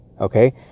Okay